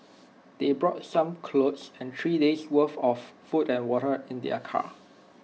they brought some clothes and three days'worth of food and water in their car